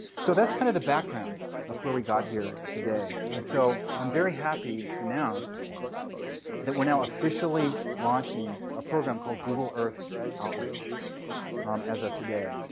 so that's kind of the background of where we got here today. and so i'm very happy to announce that we're now officially launching a program called google earth outreach as of today.